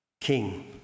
king